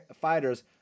fighters